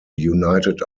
united